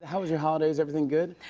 how was your holidays? everything good?